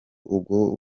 ubwo